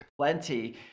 plenty